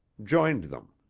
joined them.